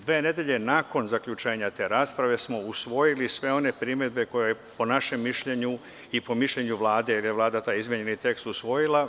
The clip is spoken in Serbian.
Dve nedelje nakon zaključenja te rasprave smo usvojili sve one primedbe koje su po našem mišljenju i po mišljenju Vlade, jer je Vlada taj izmenjeni tekst usvojila.